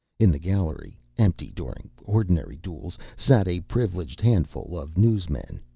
in the gallery empty during ordinary duels sat a privileged handful of newsmen.